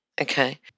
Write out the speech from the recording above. okay